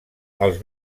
els